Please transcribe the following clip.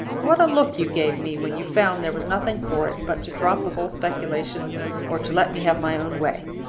what a look you gave me when you found there was nothing for it but to drop the whole speculation or to let me have my own way!